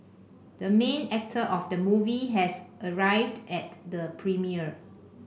the main actor of the movie has arrived at the premiere